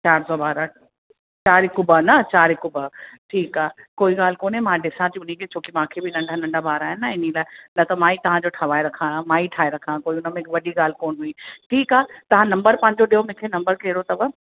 चारि सौ ॿारहं चारि हिक ॿ न चारि हिक ॿ ठीकु आहे कोई ॻाल्हि कोन्हे मां ॾिसां थी उनखे छो की मूंखे बि नंढा नंढा ॿार आहिनि न इन लाइ न त मां ई तव्हांजो ठाहे रखां मां ई ठाहे रखां कोई हुनमें वॾी ॻाल्हि कोन्ह हुई ठीकु आहे तव्हां नम्बर पंहिंजो ॾियो मूंखे नम्बर कहिड़ो अथव